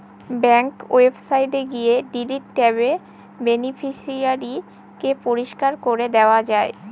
bank ওয়েবসাইটে গিয়ে delete ট্যাবে বেনিফিশিয়ারি কে পরিষ্কার করে দেওয়া যায়